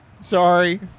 Sorry